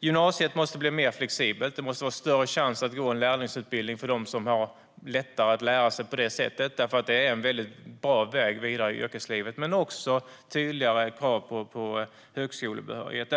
Gymnasiet måste bli mer flexibelt. Det måste vara större chans att få gå en lärlingsutbildning för dem som har lättare att lära sig på det sättet. Det är en väldigt bra väg vidare i yrkeslivet. Men det behövs också tydligare krav på högskolebehörighet.